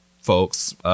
folks